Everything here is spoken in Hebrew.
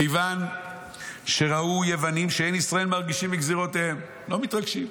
כיוון שראו יוונים שאין ישראל מרגישין בגזרותיהם" לא מתרגשים,